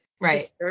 Right